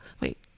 wait